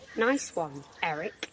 nice one, eric.